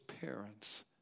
parents